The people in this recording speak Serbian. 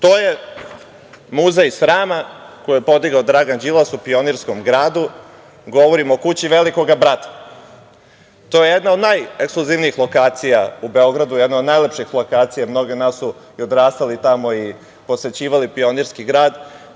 To je „muzej srama“ koji je podigao Dragan Đilas, u Pionirskom gradu, govorim o kući Velikog brata. To je jedna od najekskluzivnijih lokacija u Beogradu, jedna od najlepših lokacija, a mnogi od nas su i odrastali tamo i posećivali Pionirski grad,